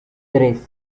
tres